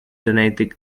donating